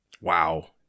Wow